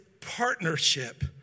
partnership